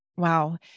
Wow